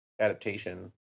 adaptation